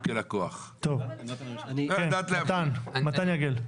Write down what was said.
--- מתן יגל.